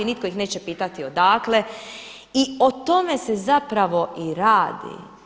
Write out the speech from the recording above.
Niko ih neće pitati odakle i o tome se zapravo i radi.